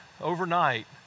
overnight